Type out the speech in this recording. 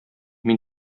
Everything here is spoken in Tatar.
мин